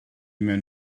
mewn